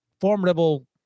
formidable